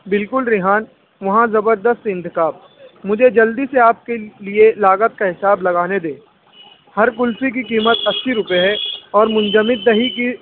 بالکل ریحان وہاں زبردست انتخاب مجھے جلدی سے آپ کے لیے لاگت کا حساب لگانے دیں ہر کلفی کی قیمت اسی روپے ہے اور منجمد دہی کی